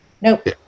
nope